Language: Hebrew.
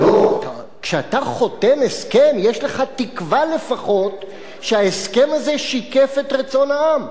כשאתה חותם הסכם יש לך תקווה לפחות שההסכם הזה שיקף את רצון העם.